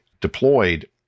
deployed